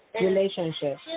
Relationship